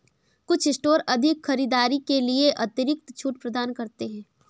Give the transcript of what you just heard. कुछ स्टोर अधिक खरीदारी के लिए अतिरिक्त छूट प्रदान करते हैं